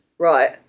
Right